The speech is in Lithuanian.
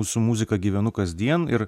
su muzika gyvenu kasdien ir